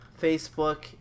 Facebook